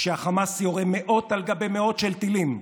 כשהחמאס יורה מאות על גבי מאות של טילים,